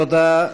תודה.